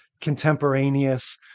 contemporaneous